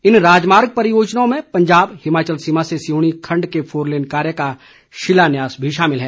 इन राजमार्ग परियोजनाओं में पंजाब हिमाचल सीमा से सिहूणी खण्ड के फोरलेन कार्य का शिलान्यास भी शामिल है